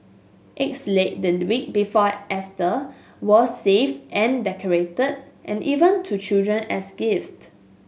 eggs laid the week before were saved and decorated and even to children as gift